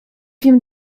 wiem